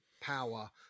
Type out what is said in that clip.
power